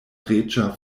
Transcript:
reĝa